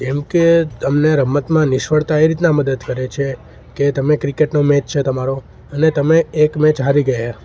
જેમ કે તમને રમતમાં નિષ્ફળતા એ રીતના મદદ કરે છે કે તમે ક્રિકેટનો મેચ છે તમારો અને તમે એક મેચ હારી ગયા